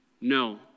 No